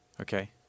okay